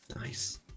Nice